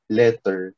letter